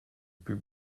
plus